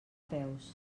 peus